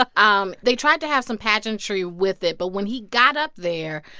um they tried to have some pageantry with it. but when he got up there,